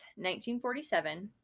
1947